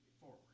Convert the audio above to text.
forward